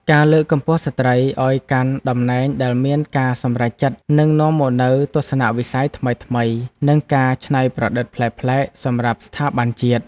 ការលើកកម្ពស់ស្ត្រីឱ្យកាន់តំណែងដែលមានការសម្រេចចិត្តនឹងនាំមកនូវទស្សនវិស័យថ្មីៗ និងការច្នៃប្រឌិតប្លែកៗសម្រាប់ស្ថាប័នជាតិ។